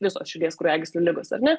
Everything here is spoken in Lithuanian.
visos širdies kraujagyslių ligos ar ne